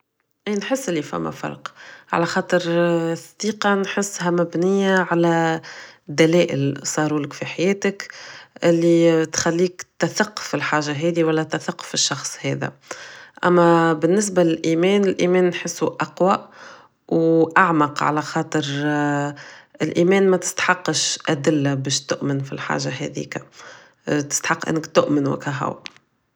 انا نحس بلي فما فرق علاخاطر الثقة نحسها مبنية على دلائل صارولك في حياتك اللي تخليك تثق فلحاجة هادي ولا تثق فالشخص هذا اما بالنسبة للايمان الايمان نحسو اقوى و اعمق على خاطر الايمان متسحقش ادلة باش تؤمن فلحاجة هديك تستحق انك تؤمن و اكاهو